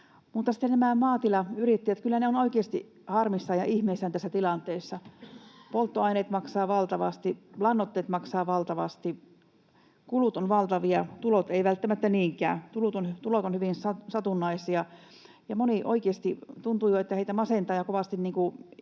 maatilayrittäjät: Kyllä he ovat oikeasti harmissaan ja ihmeissään tässä tilanteessa. Polttoaineet maksavat valtavasti, lannoitteet maksavat valtavasti, kulut ovat valtavia, tulot eivät välttämättä niinkään. Tulot ovat hyvin satunnaisia, ja tuntuu jo, että monia heitä oikeasti